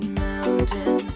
mountain